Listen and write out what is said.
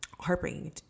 heartbreaking